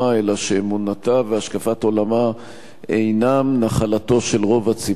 אלא שאמונתה והשקפת עולמה אינן נחלתו של רוב הציבור,